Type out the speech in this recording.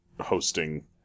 hosting